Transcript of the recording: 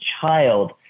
child